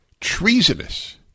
treasonous